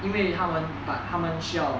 因为他们 but 他们需要